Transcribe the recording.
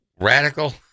radical